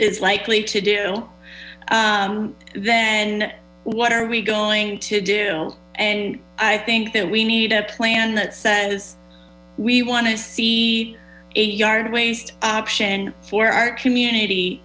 is likely to do then what are we going to do and i think that we need a plan that says we want to see a yard waste option for our community